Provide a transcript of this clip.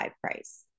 price